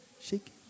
Shake